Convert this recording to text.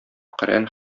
коръән